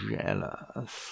jealous